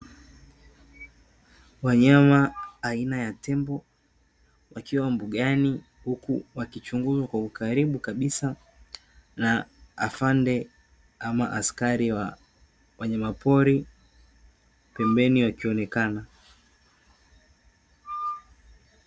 Wanyama aina ya tembo wakiwa mbugani huku wakichunguzwa kwa ukaribu kabisa na afande ama askari wa wanyamapori pembeni akionekana.